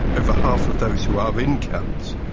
over half of those who are in camps,